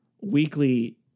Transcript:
weekly